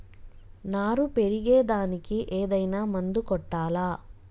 నారు పెరిగే దానికి ఏదైనా మందు కొట్టాలా?